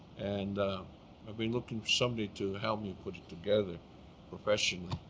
and i've been looking for somebody to help me put it together professionally,